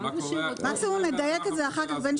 נדייק אחר כך.